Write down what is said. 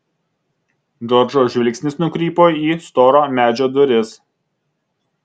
džordžo žvilgsnis nukrypo į storo medžio duris